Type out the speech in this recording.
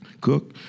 cook